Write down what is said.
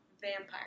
Vampire